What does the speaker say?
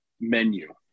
menu